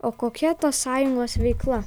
o kokia tos sąjungos veikla